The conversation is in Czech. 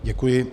Děkuji.